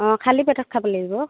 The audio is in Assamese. অঁ খালী পেটত খাব লাগিব